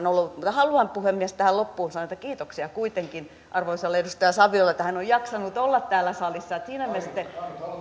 ollut haluan puhemies tähän loppuun sanoa kiitoksia kuitenkin arvoisalle edustaja saviolle että hän on jaksanut olla täällä salissa